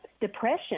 depression